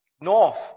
north